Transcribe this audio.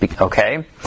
okay